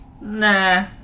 Nah